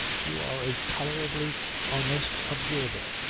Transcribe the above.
you are a tolerably honest observer.